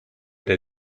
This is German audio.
der